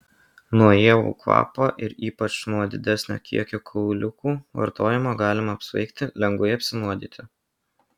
nuo ievų kvapo ir ypač nuo didesnio kiekio kauliukų vartojimo galima apsvaigti lengvai apsinuodyti